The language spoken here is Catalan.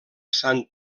sant